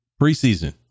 Preseason